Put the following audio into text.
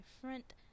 front